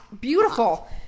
beautiful